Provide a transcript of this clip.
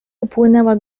upłynęła